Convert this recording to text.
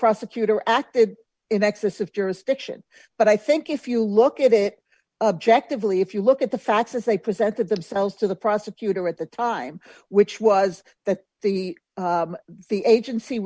prosecutor acted in excess of jurisdiction but i think if you look at it objectively if you look at the facts as they presented themselves to the prosecutor at the time which was that the the agency